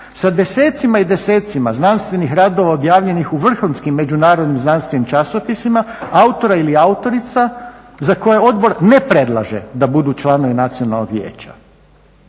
sa desecima i desecima znanstvenih radova objavljenih u vrhunskim međunarodnim znanstvenim časopisima, autora ili autorica za koje odbor ne predlaže da budu članovi Nacionalnog vijeća.